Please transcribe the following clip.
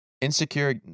insecure